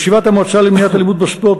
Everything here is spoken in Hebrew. בישיבת המועצה למניעת אלימות בספורט